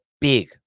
big